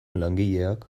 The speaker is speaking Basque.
langileak